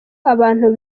abantu